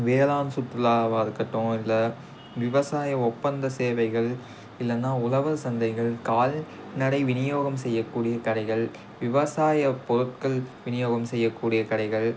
வேளாண் சுற்றுலாவாக இருக்கட்டும் இல்லை விவசாய ஒப்பந்த சேவைகள் இல்லைன்னா உலவர் சந்தைகள் கால்நடை விநியோகம் செய்யக்கூடிய கடைகள் விவசாய பொருட்கள் விநியோகம் செய்யக்கூடிய கடைகள்